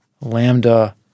lambda